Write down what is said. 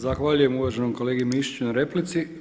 Zahvaljujem uvaženom kolegi Mišiću na replici.